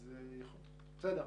אז בסדר.